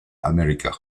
america